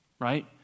right